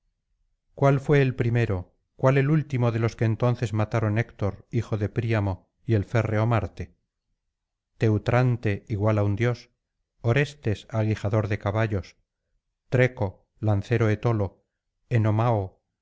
cuál fué el primero cuál el último de los que entonces mataron héctor hijo de príamo y el férreo marte teutrante igual á un dios orestes aguijador de caballos treco lancero etolo enomao